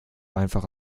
einfach